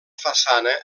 façana